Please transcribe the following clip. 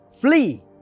flee